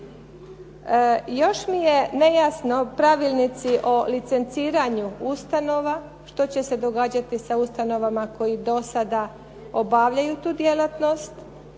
još mi je nejasno pravilnici o licenciranju ustanova, što će se događati sa ustanovama koji do sada obavljaju tu djelatnost?